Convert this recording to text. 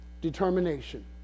determination